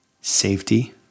safety